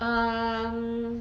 um